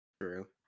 True